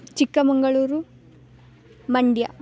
Chikkamagaluru Mandya